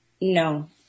no